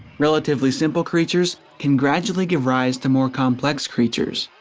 relatively simple creatures can gradually give rise to more complex creatures.